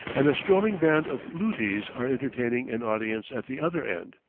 and a strolling band of lutis are entertaining an audience at the other end.